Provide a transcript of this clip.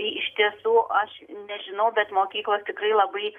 iš tiesų aš nežinau bet mokyklos tikrai labai